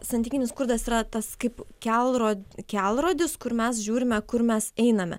santykinis skurdas yra tas kaip kelrodė kelrodis kur mes žiūrime kur mes einame